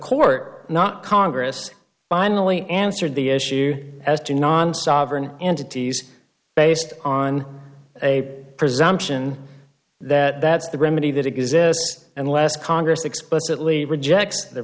court not congress finally answered the issue as to non sovereign entities based on a presumption that that's the remedy that exists unless congress explicitly rejects the